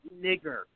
nigger